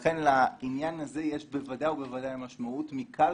לכן לעניין הזה יש בוודאי ובוודאי משמעות מקל